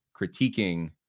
critiquing